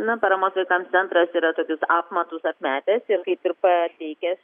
na paramos vaikams centras yra tokius apmatus atmetęs ir kaip ir pateikęs